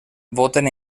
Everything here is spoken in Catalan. voten